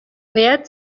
باید